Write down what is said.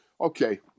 okay